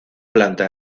planta